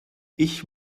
ich